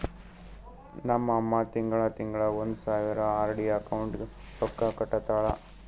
ನಮ್ ಅಮ್ಮಾ ತಿಂಗಳಾ ತಿಂಗಳಾ ಒಂದ್ ಸಾವಿರ ಆರ್.ಡಿ ಅಕೌಂಟ್ಗ್ ರೊಕ್ಕಾ ಕಟ್ಟತಾಳ